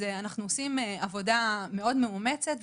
אז אנחנו עושים עבודה מאוד מאומצת,